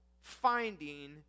Finding